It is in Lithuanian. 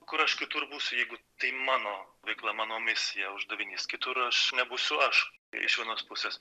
kur aš kitur būsiu jeigu tai mano veikla mano misija uždavinys kitur aš nebūsiu aš iš vienos pusės